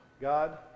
God